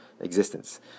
existence